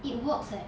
it works leh